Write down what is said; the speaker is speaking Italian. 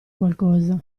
qualcosa